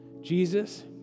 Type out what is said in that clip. Jesus